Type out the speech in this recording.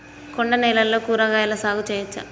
కొండ నేలల్లో కూరగాయల సాగు చేయచ్చా?